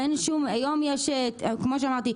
היום כמו שאמרתי,